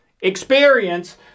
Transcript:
experience